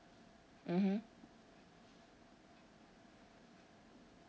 mmhmm